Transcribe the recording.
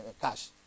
cash